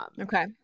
Okay